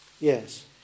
Yes